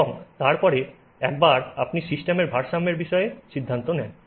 এবং তারপরে একবার আপনি সিস্টেমের ভারসাম্যের স্টেটের বিষয়ে সিদ্ধান্ত নেন